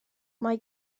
mae